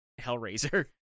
Hellraiser